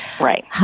Right